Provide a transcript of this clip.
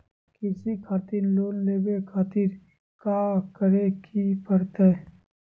कृषि खातिर लोन लेवे खातिर काका करे की परतई?